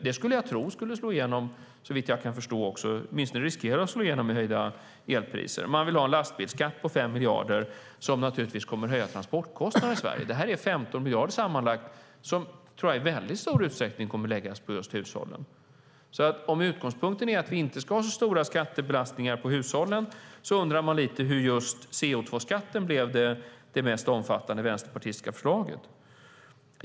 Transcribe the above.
Det skulle, såvitt jag kan förstå åtminstone, riskera att slå igenom i höjda elpriser. Man vill ha en lastbilsskatt på 5 miljarder som naturligtvis kommer att höja transportkostnaderna i Sverige. Det här är 15 miljarder sammanlagt som jag tror i väldigt stor utsträckning kommer att läggas på just hushållen. Om utgångspunkten är att vi inte ska ha så stora skattebelastningar på hushållen undrar man lite hur just CO2-skatten blev det mest omfattande vänsterpartistiska förslaget.